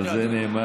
על זה נאמר,